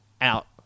out